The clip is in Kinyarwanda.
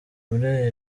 muri